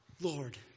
Lord